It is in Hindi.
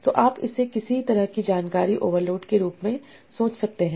तो आप इसे किसी तरह की जानकारी ओवरलोड के रूप में सोच सकते हैं